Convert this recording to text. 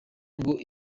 ngo